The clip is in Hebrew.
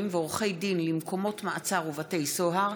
ועורכי דין למקומות מעצר ובתי הסוהר),